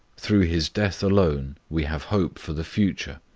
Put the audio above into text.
through his death alone we have hope for the future.